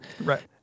Right